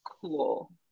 cool